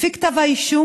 לפי כתב האישום,